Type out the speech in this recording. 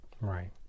right